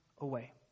away